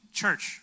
church